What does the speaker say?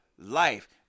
life